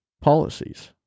policies